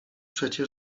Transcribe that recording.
przecie